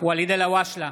(קורא בשמות חברי הכנסת) ואליד אלהואשלה,